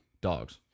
Dogs